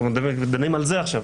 אנחנו דנים על זה עכשיו.